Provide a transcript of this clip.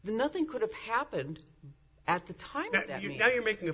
nothing could have happened at the time that you know you're making